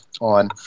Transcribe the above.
on